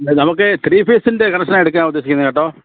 നമുക്ക് ത്രീ ഫേസിൻ്റെ കണക്ഷനാണ് എടുക്കാൻ ഉദ്ദേശിക്കുന്നത് കേട്ടോ